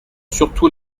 surtout